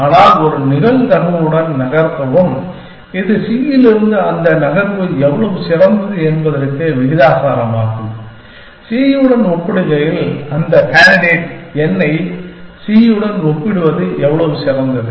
ஆனால் ஒரு நிகழ்தகவுடன் நகர்த்தவும் இது c இலிருந்து அந்த நகர்வு எவ்வளவு சிறந்தது என்பதற்கு விகிதாசாரமாகும் c உடன் ஒப்பிடுகையில் அந்த கேண்டிடேட் n ஐ c உடன் ஒப்பிடுவது எவ்வளவு சிறந்தது